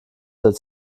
seit